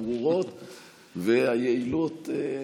הברורות והיעילות.